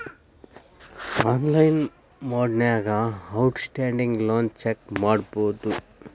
online ಮೊಡ್ನ್ಯಾಗ outstanding loan check ಮಾಡಬೋದು